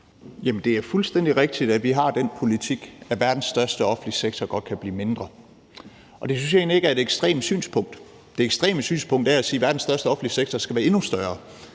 det er fuldstændig rigtigt, at vi har den politik, at verdens største offentlige sektor godt kan blive mindre. Og det synes jeg egentlig ikke er et ekstremt synspunkt. Det ekstreme synspunkt er at sige, at verdens største offentlige sektor skal være endnu større.